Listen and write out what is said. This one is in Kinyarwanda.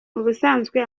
ubusanzwe